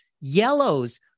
Yellows